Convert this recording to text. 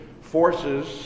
forces